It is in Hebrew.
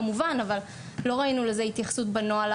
כמובן אבל לא ראינו לזה התייחסות בנוהל.